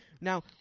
Now